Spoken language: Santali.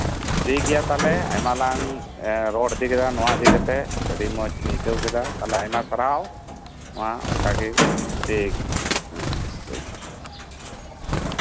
ᱴᱷᱤᱠ ᱜᱮᱭᱟ ᱛᱟᱦᱞᱮ ᱟᱭᱢᱟ ᱞᱟᱝ ᱨᱚᱲ ᱤᱫᱤ ᱠᱮᱫᱟ ᱨᱚᱲ ᱤᱫᱤ ᱠᱟᱛᱮᱫ ᱟᱸᱰᱤ ᱢᱚᱸᱡᱽ ᱤᱧ ᱟᱹᱭᱠᱟᱹᱣ ᱠᱮᱫᱟ ᱟᱭᱢᱟ ᱟᱭᱢᱟ ᱥᱟᱨᱦᱟᱣ ᱢᱟ ᱚᱱᱠᱟᱜᱮ ᱴᱷᱤᱠ ᱜᱮᱭᱟ ᱦᱮᱸ ᱴᱷᱮᱠ ᱜᱮᱭᱟ